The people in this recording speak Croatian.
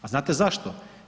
A znate zašto?